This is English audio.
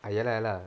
ah ya lah ya lah